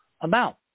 amount